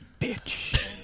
Bitch